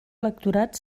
electorat